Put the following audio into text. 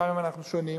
גם אם אנחנו שונים,